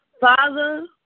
Father